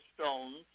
stones